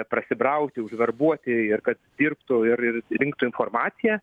prasibrauti užverbuoti ir kad dirbtų ir rinktų informaciją